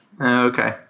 okay